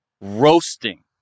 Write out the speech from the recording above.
roasting